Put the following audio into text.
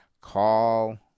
Call